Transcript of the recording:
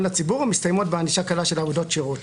לציבור או מסתיימות בענישה קלה של עבודות שירות.